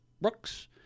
Brooks